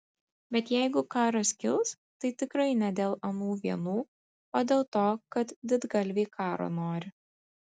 bet jeigu karas kils tai tikrai ne dėl anų vienų o dėl to kad didgalviai karo nori